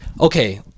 okay